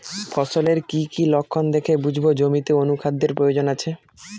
ফসলের কি কি লক্ষণ দেখে বুঝব জমিতে অনুখাদ্যের প্রয়োজন আছে?